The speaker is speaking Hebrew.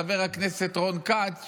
את חבר הכנסת רון כץ,